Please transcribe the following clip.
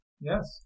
yes